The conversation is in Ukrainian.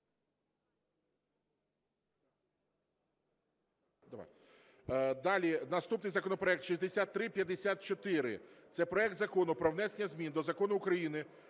Далі наступний законопроект 6354. Це проект Закону про внесення змін до Закону України